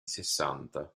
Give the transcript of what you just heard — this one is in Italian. sessanta